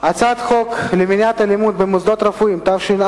הצעת חוק למניעת אלימות במוסדות רפואיים, התש"ע